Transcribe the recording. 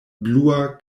blua